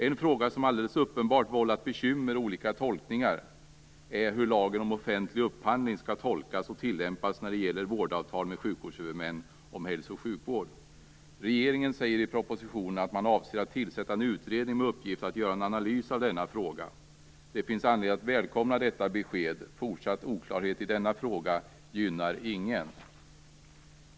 En fråga som alldeles uppenbart vållat bekymmer och olika tolkningar är hur lagen om offentlig upphandling skall tolkas och tillämpas när det gäller vårdavtal med sjukvårdshuvudmän om hälso och sjukvård. Regeringen säger i propositionen att man avser att tillsätta en utredning med uppgift att göra en analys av denna fråga. Det finns anledning att välkomna detta besked. Fortsatt oklarhet i denna fråga gynnar ingen.